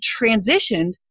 transitioned